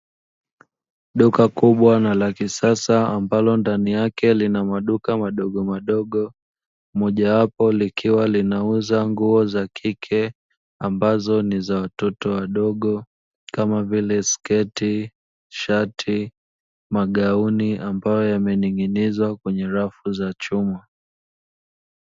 Duka kubwa na la kisasa ambalo ndani yake lina maduka madogo madogo, mojawapo likiwa linauza nguo za kike ambazo ni za watoto wadogo kama vile sketi, shati, magauni ambayo yamening'inizwa kwenye rafu za chuma.